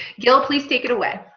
gil please take it away